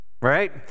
Right